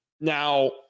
Now